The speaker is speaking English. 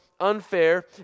unfair